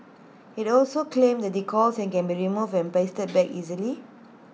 he also claimed the decals can be removed and pasted back easily